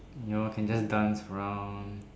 you know can just dance around